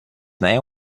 name